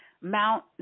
Mount